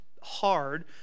hard